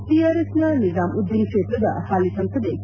ಟಿಆರ್ಎಸ್ನ ನೀಜಾಮುದ್ದಿನ ಕ್ಷೇತ್ರದ ಹಾಲಿ ಸಂಸದೆ ಕೆ